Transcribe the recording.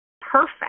perfect